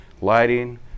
lighting